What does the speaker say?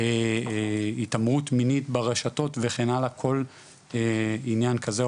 על התעמרות מינית ברשתות וכן הלאה כל עניין כזה,